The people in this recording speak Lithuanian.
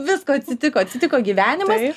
visko atsitiko atsitiko gyvenimas